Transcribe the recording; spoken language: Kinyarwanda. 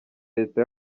leta